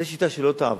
זו שיטה שלא תעבוד.